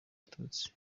abatutsi